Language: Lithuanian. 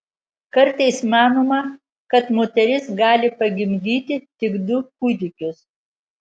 kartais manoma kad moteris gali pagimdyti tik du kūdikius